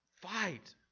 fight